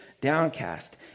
downcast